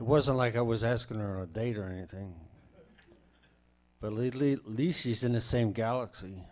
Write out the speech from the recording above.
it wasn't like i was asking her date or anything but legally least she's in the same galaxy